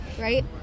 Right